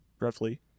roughly